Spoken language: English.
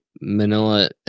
manila